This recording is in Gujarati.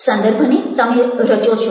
સંદર્ભને તમે રચો છો